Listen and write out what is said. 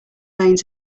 lanes